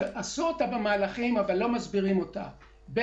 שאומנם עשו אותה מבחינת המהלכים,